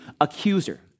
accuser